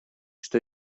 что